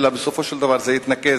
אלא בסופו של דבר זה יתנקז